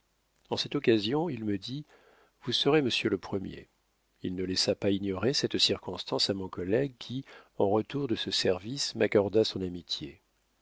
en cette occasion il me dit vous serez monsieur le premier il ne laissa pas ignorer cette circonstance à mon collègue qui en retour de ce service m'accorda son amitié